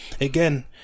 again